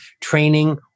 training